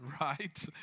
right